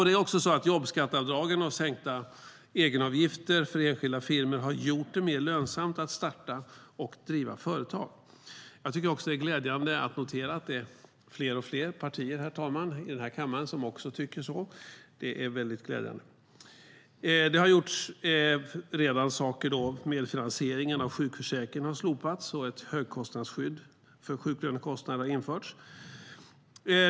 Det är också så att jobbskatteavdragen och sänkta egenavgifter för enskilda firmor har gjort det mer lönsamt att starta och driva företag. Jag tycker också att det är glädjande att notera, herr talman, att det är fler och fler partier i den här kammaren som också tycker så. Det är väldigt glädjande. Det har redan gjorts saker. Medfinansieringen av sjukförsäkringen har slopats och ett högkostnadsskydd för sjuklönekostnader har införts.